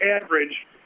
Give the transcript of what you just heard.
average